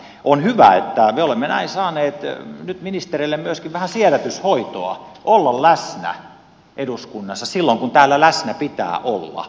on hyvä että me olemme näin saaneet nyt ministereille myöskin vähän siedätyshoitoa olla läsnä eduskunnassa silloin kun täällä läsnä pitää olla